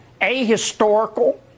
ahistorical